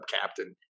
captain